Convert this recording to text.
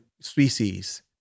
species